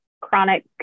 chronic